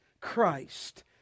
Christ